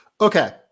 okay